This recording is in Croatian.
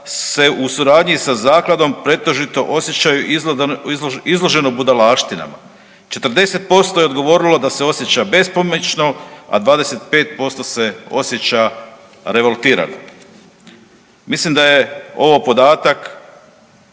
se u suradnji sa zakladom pretežito osjećaju izloženo budalaštinama, 40% je odgovorilo da se osjeća bespomoćno, a 25% se osjeća revoltirano. Mislim da je ovo podatak